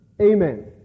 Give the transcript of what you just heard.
Amen